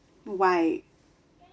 why